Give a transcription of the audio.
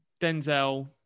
Denzel